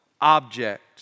object